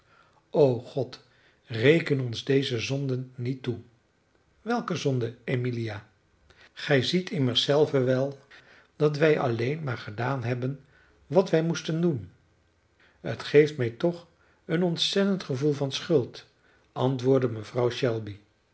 o god reken ons deze zonden niet toe welke zonde emilia gij ziet immers zelve wel dat wij alleen maar gedaan hebben wat wij moesten doen het geeft mij toch een ontzettend gevoel van schuld antwoordde mevrouw shelby